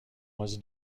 was